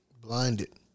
Blinded